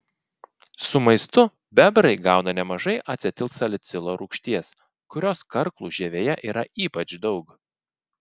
su maistu bebrai gauna nemažai acetilsalicilo rūgšties kurios karklų žievėje yra ypač daug